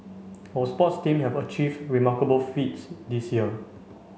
our sports team have achieved remarkable feats this year